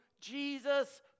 Jesus